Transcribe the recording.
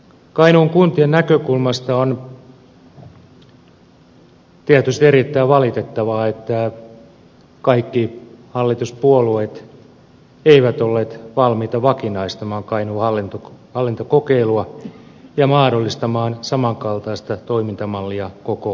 kainuun kuntien näkökulmasta on tietysti erittäin valitettavaa että kaikki hallituspuolueet eivät olleet valmiita vakinaistamaan kainuun hallintokokeilua ja mahdollistamaan samankaltaista toimintamallia koko maahan